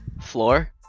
Floor